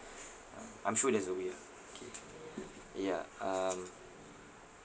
ah I'm sure there's a way ah K yeah um